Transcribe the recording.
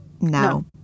No